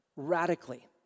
radically